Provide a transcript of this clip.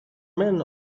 men